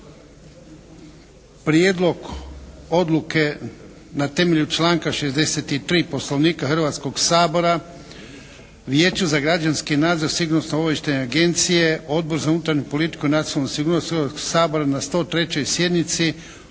Prijedlog odluke na temelju članka 63. Poslovnika Hrvatskog sabora Vijeću za građanski nadzor Sigurnosno-obavještajne agencije, Odbor za unutarnju politiku i nacionalnu sigurnost Hrvatskog sabora na 103. sjednici